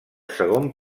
segon